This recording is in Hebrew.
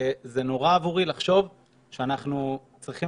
זה נורא עבורי לחשוב שאנחנו צריכים